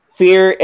fear